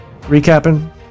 Recapping